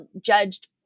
judged